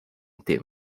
team